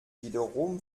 wiederum